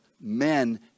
men